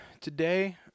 Today